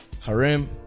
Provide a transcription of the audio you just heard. harem